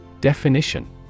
definition